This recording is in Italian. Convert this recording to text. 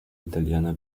italiana